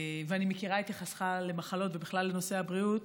ואני מכירה את יחסך למחלות ובכלל לנושא הבריאות.